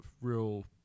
real